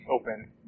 Open